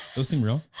those seem real.